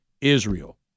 Israel